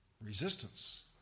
resistance